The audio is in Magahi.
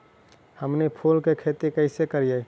हमनी फूल के खेती काएसे करियय?